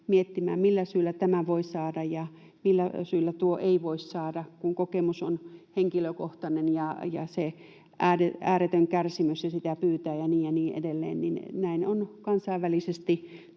miettimään, millä syyllä tämän voin saada ja millä syyllä tuo ei voi saada, kun kokemus on henkilökohtainen ja on se ääretön kärsimys ja sitä pyytää ja niin edelleen, niin on kansainvälisesti tuotu